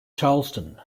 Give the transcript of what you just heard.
charlestown